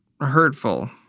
hurtful